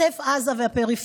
עוטף עזה והפריפריה,